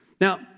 Now